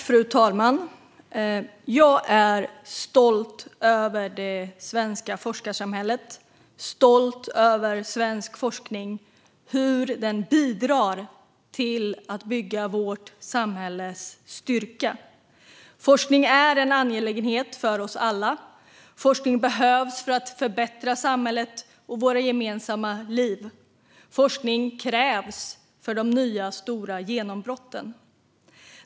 Fru talman! Jag är stolt över det svenska forskarsamhället och över svensk forskning. Jag är stolt över hur den bidrar till att bygga vårt samhälles styrka. Forskning är en angelägenhet för oss alla. Forskning behövs för att förbättra samhället och våra gemensamma liv. Forskning krävs för de nya stora genombrotten.